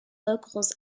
locals